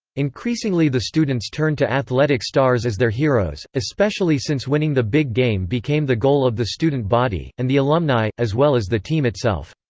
increasingly the students turned to athletic stars as their heroes, especially since winning the big game became the goal of the student body, and the alumni, as well as the team itself.